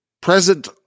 present